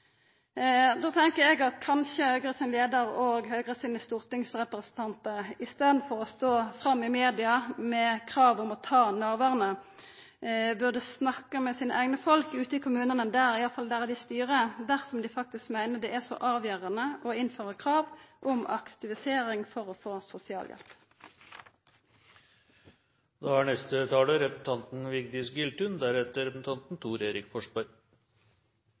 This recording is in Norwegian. Då tenkjer eg at kanskje Høgres leiar og Høgres stortingsrepresentantar i staden for å stå fram i media med krav om å ta navarane, burde snakka med sine eigne folk ute i kommunane, iallfall der dei styrer, dersom dei faktisk meiner det er så avgjerande å innføra krav om aktivisering for å få